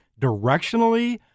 directionally